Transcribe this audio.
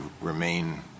remain